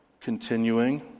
Continuing